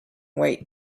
wait